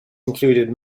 included